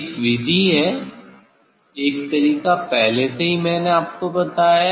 एक विधि है एक तरीका पहले से ही मैंने आपको बताया है